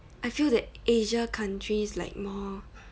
I feel that asia countries like more